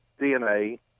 DNA